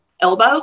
elbow